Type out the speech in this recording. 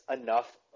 enough